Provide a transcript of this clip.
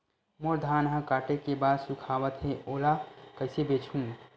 मोर धान ह काटे के बाद सुखावत हे ओला कइसे बेचहु?